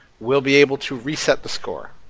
we'll be able to reset the score.